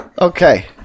Okay